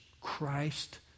Christ